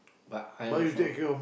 but I also